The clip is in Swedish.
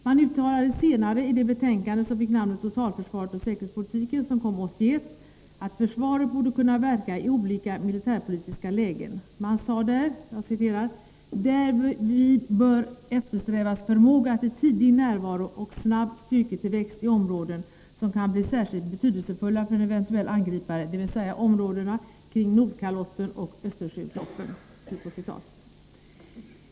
Man uttalade senare i det betänkande som fick namnet Totalförsvaret och säkerhetspolitiken, som kom 1981, att försvaret borde kunna verka i olika militärpolitiska lägen. Man sade där att ”därvid bör eftersträvas förmåga till tidig närvaro och snabb styrketillväxt i områden som kan bli särskilt betydelsefulla för en eventuell angripare, dvs. områdena kring Nordkalotten och Östersjöutloppen”.